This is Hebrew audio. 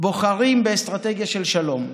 בוחרים באסטרטגיה של שלום,